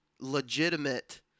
legitimate